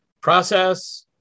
Process